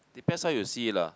depends how you see it lah